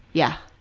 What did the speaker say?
yeah.